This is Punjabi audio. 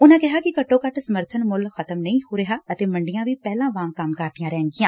ਉਨਾਂ ਕਿਹਾ ਕਿ ਘੱਟੋ ਘੱਟ ਸਮਰਥਨ ਮੁੱਲ ਖ਼ਤਮ ਨਹੀ ਹੋ ਰਿਹਾ ਅਤੇ ਮੰਡੀਆਂ ਦੀ ਪਹਿਲਾਂ ਵਾਂਗ ਕੰਮ ਕਰਦੀਆਂ ਰਹਿਣਗੀਆਂ